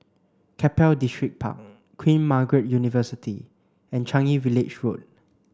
Keppel Distripark Queen Margaret University and Changi Village Road